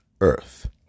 earth